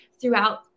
throughout